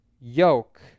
yoke